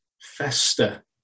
fester